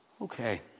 Okay